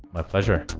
my pleasure.